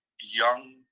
young